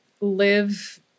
live